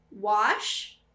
wash